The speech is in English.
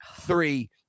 three